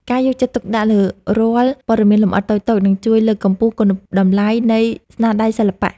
ការយកចិត្តទុកដាក់លើរាល់ព័ត៌មានលម្អិតតូចៗនឹងជួយលើកកម្ពស់គុណតម្លៃនៃស្នាដៃសិល្បៈ។